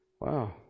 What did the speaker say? Wow